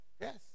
Yes